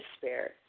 despair